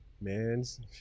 man's